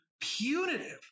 punitive